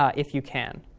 ah if you can.